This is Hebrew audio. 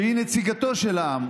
שהיא נציגתו של העם.